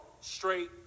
straight